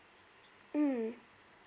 mm